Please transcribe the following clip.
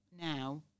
now